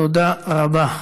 תודה רבה.